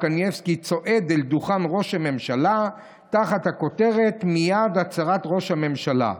קניבסקי צועד אל דוכן ראש הממשלה תחת הכותרת 'מייד הצהרת ראש הממשלה'.